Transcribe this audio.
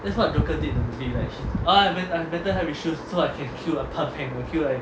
that's what joker did in the movie like oh I have mental health issues so I can kill a punk man